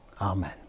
Amen